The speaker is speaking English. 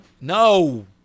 No